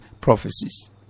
prophecies